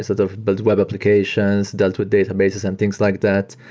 sort of built web applications, dealt with databases and things like that.